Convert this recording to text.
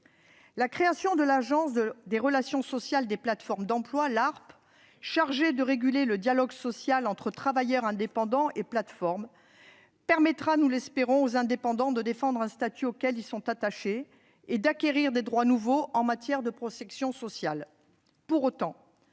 La création de l'Autorité des relations sociales des plateformes d'emploi (ARPE), chargée de réguler le dialogue social entre travailleurs indépendants et plateformes, permettra, nous l'espérons, aux indépendants de défendre un statut auxquels ils sont attachés et d'acquérir des droits nouveaux en matière de protection sociale. Pour autant,